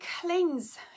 cleanse